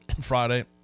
Friday